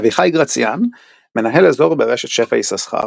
אביחי גרציאן מנהל אזור ברשת "שפע יששכר".